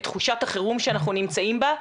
את תחושת החירום שאנחנו נמצאים בה,